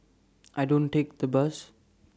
I don't take the bus